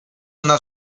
una